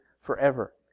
forever